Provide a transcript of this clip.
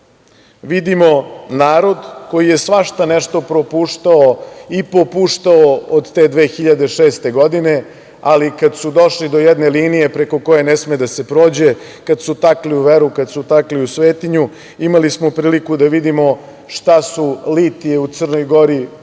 vidimo narod koji je svašta nešto propuštao i popuštao od te 2006. godine, ali kada su došli do jedne linije preko koje ne sme da se prođe, kad su takli u veru, kad su takli u svetinju, imali smo priliku da vidimo šta su litije u Crnoj Gori uspele